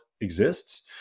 exists